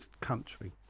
country